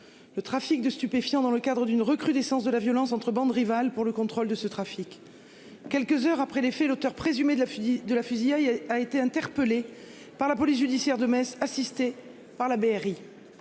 Le trafic de stupéfiants dans le cadre d'une recrudescence de la violence entre bandes rivales pour le contrôle de ce trafic, quelques heures après les faits, l'auteur présumé de la fille de la fusillade. Il a été interpellé par la police judiciaire de Metz assisté par la BRI.